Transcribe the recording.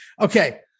okay